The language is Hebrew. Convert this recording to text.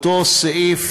אותו סעיף